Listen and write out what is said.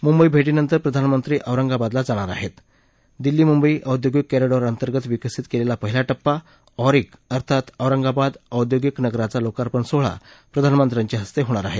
मुंबई भेटीनंतर प्रधानमंत्री औरंगाबादला जाणार आहेत दिल्ली मुंबई औद्योगिक कॉरिडॉरअंतर्गत विकसित केलेला पहिला टप्पा ऑरिक अर्थात औरंगाबाद औद्योगिक नगराचा लोकार्पण सोहळा प्रधानमंत्र्याच्या हस्ते होणार आहे